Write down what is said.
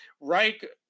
Reich